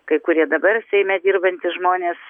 kai kurie dabar seime dirbantys žmonės